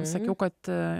sakiau kad